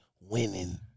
winning